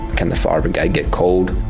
can the fire brigade get called.